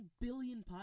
billion